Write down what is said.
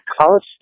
college